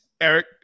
eric